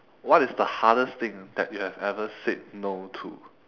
what is the hardest thing that you have ever said no to